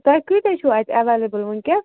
تُہۍ کۭتیاہ چھُو اَتہِ ایٚولیبٕل وٕنکیٚس